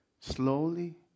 Slowly